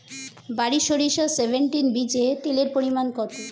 বারি সরিষা সেভেনটিন বীজে তেলের পরিমাণ কত?